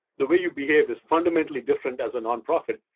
the way you behave is fundamentally different as a nonprofit,